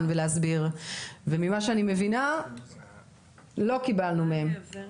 ולהסביר וממה שאני מבינה לא קיבלנו מהם תשובה.